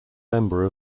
member